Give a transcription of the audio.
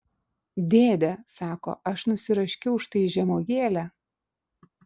dėde sako aš nusiraškiau štai žemuogėlę